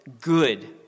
good